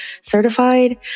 certified